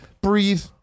Breathe